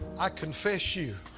i confess you